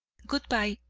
good-bye,